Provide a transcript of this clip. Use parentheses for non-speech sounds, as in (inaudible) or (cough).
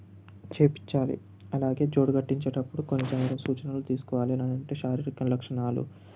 చేయించాలి అలాగే జోడు కట్టించేటప్పుడు కొన్ని కొన్ని సూచనలు తీసుకోవాలి అలాగే (unintelligible) లక్షణాలు